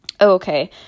Okay